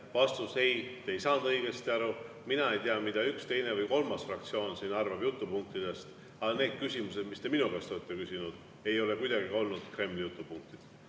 Vastus on: ei, te ei saanud õigesti aru. Mina ei tea, mida üks, teine või kolmas fraktsioon siin arvab jutupunktidest, aga need küsimused, mis te minu käest olete küsinud, ei ole kuidagi olnud Kremli